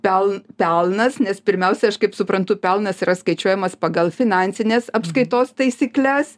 peln pelnas nes pirmiausia aš kaip suprantu pelnas yra skaičiuojamas pagal finansines apskaitos taisykles